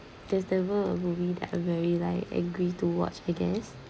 there's never a movie that I'm very like angry to watch I guess